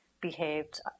behaved